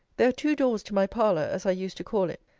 there are two doors to my parlour, as i used to call it.